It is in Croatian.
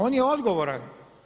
On je odgovoran.